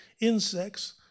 insects